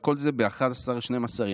כל זה ב-12-11 ימים.